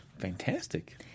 fantastic